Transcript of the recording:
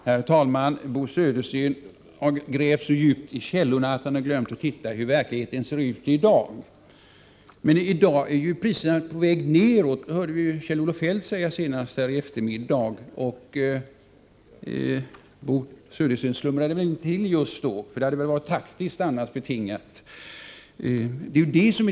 Herr talman! Bo Södersten har grävt så djupt i källorna att han har glömt att titta efter hur verkligheten ser ut i dag. Men i dag är ju priserna på väg nedåt — det hörde vi ju Kjell-Olof Feldt säga senast här i eftermiddag. Bo Södersten slumrade väl till just då, för detta hade väl annars varit taktiskt betingat lämpligt att hänvisa till.